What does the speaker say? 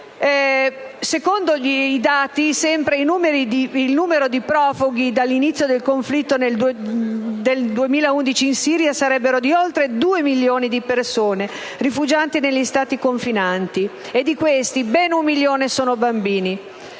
secondo i dati, il numero di profughi dall'inizio del conflitto del 2011 in Siria sarebbe di oltre due milioni, rifugiati negli Stati confinanti, e di questi ben un milione sono bambini.